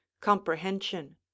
comprehension